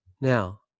now